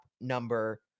number